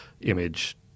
image